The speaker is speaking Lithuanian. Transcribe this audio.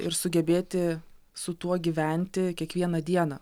ir sugebėti su tuo gyventi kiekvieną dieną